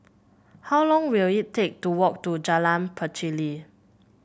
how long will it take to walk to Jalan Pacheli